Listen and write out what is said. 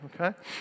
okay